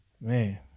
Man